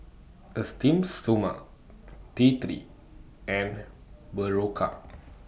Esteem Stoma T three and Berocca